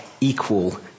equal